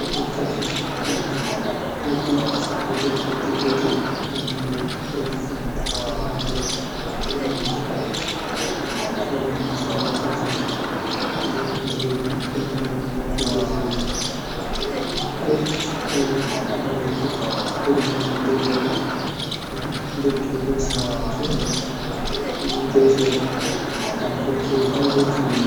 जू बच्चा छीन ऊँ त अधिक शारीरिक गतिविधि कना ले प्रोत्साहित करणा ले हम ऊँ त खेलूँ म सामिल कर सकदा परिवार दगड़ी पार्क म जाणों मौक़ा दये सकदा और ख़ुद सक्रिय बणी के उदाहरण दये सकदा और जू खेलों सामान ची ऊँ त उ दे सकदा ताकि उ खेल म रुचि लें।